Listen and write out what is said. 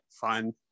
fun